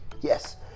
Yes